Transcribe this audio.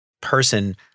person